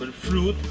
and fruit,